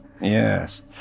yes